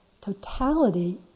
totality